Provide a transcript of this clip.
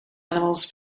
animals